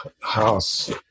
house